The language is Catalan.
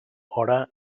hora